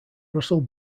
russell